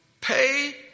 pay